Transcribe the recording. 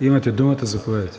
Имате думата, заповядайте.